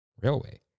Railway